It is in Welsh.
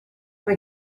mae